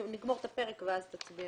נסיים את הפרק ואז תוכל להצביע